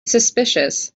suspicious